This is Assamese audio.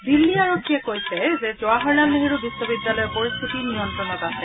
দিল্লী আৰক্ষীয়ে কৈছে যে জৱাহৰলাল নেহৰু বিশ্ববিদ্যালয়ৰ পৰিস্থিতি নিয়ন্ত্ৰণত আছে